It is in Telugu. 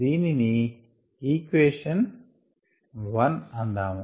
దీనిని ఈక్వేషన్ 1 అందాము